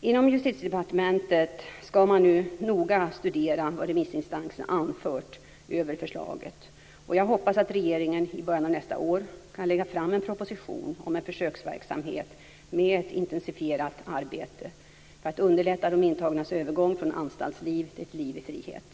Inom Justitiedepartementet ska man nu noga studera vad remissinstanserna anfört över förslaget, och jag hoppas att regeringen i början av nästa år kan lägga fram en proposition om en försöksverksamhet med ett intensifierat arbete för att underlätta de intagnas övergång från anstaltsliv till ett liv i frihet.